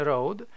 Road